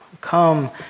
come